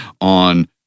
on